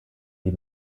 die